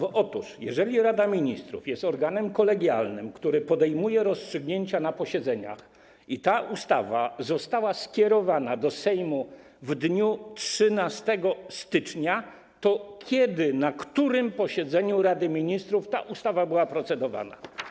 Otóż jeżeli Rada Ministrów jest organem kolegialnym, który podejmuje rozstrzygnięcia na posiedzeniach, i ta ustawa została skierowana do Sejmu w dniu 13 stycznia, to kiedy, na którym posiedzeniu Rady Ministrów nad tą ustawą procedowano?